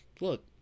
look